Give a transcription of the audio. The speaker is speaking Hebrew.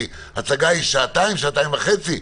כי הצגה היא שעתיים-שעתיים וחצי.